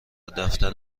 دفتر